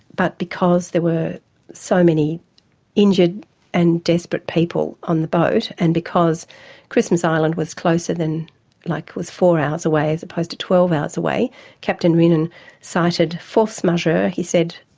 but because there were so many injured and desperate people on the boat and because christmas island was closer than like was four hours away as opposed to twelve hours away captain rinnan cited force majeur. he said,